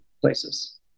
places